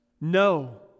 No